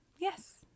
yes